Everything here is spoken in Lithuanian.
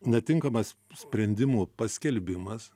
netinkamas sprendimų paskelbimas